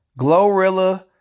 Glorilla